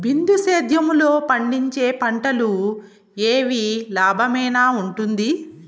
బిందు సేద్యము లో పండించే పంటలు ఏవి లాభమేనా వుంటుంది?